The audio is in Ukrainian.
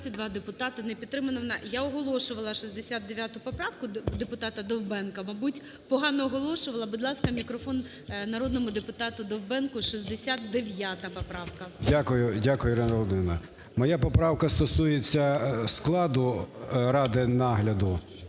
М.В. Дякую, Ірина Володимирівна. Моя поправка стосується складу ради нагляду.